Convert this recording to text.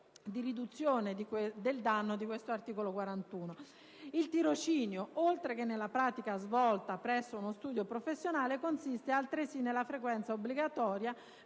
professione di avvocato)* 1. Il tirocinio, oltre che nella pratica svolta presso uno studio professionale, consiste altresì nella frequenza obbligatoria